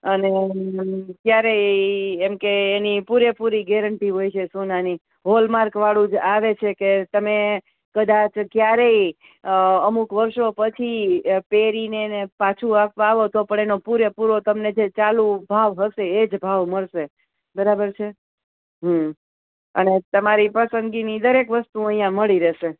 અને ક્યારેય એમ કે એની પૂરેપૂરી ગેરંટી હોય છે સોનાની હૉલમાર્કવાળું જ આવે છે કે તમે કદાચ ક્યારેય અમુક વર્ષો પછી પહેરી ને અને પાછું આપવા આવો તો પણ એનો પૂરેપૂરો તમને ચાલુ ભાવ હશે એ ભાવ મળશે બરાબર છે હમ અને તમારી પસંદગીની દરેક વસ્તુ અહીંયા મળી રહેશે